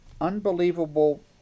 unbelievable